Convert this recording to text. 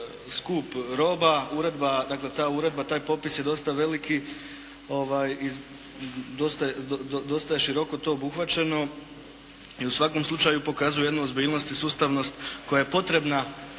skup roba, uredba, dakle ta uredba, taj popis je dosta veliki i dosta je široko to obuhvaćeno i u svakom slučaju pokazuje jednu ozbiljnost i sustavnost koja je potrebna